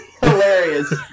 hilarious